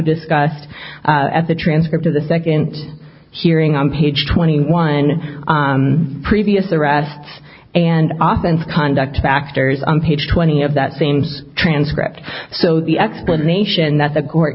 discussed at the transcript of the second hearing on page twenty one on previous arrests and oftens conduct factors on page twenty of that seems transcript so the explanation that the court